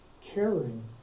caring